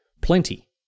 plenty